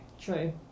true